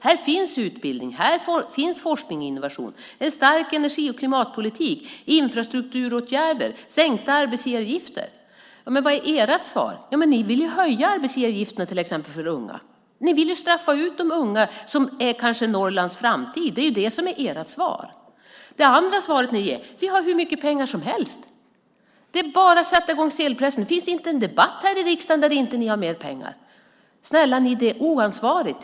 Här finns utbildning, forskning och innovation, en stark energi och klimatpolitik, infrastrukturåtgärder och sänkta arbetsgivaravgifter. Vad är ert svar? Ni vill höja arbetsgivaravgifterna för till exempel unga människor. Ni vill straffa ut de unga människor som kanske är Norrlands framtid. Det är ert svar. Det andra svaret som ni ger är att ni har hur mycket pengar som helst. Det är bara att sätta i gång sedelpressen. Det finns inte en debatt här i riksdagen där ni inte har mer pengar. Snälla ni, det är oansvarigt.